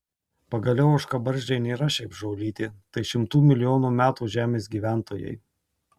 pagaliau ožkabarzdžiai nėra šiaip žolytė tai šimtų milijonų metų žemės gyventojai